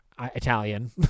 Italian